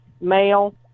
male